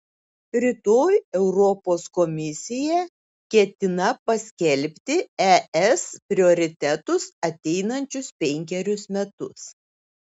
rytoj europos komisija ketina paskelbti es prioritetus ateinančius penkerius metus